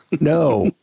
no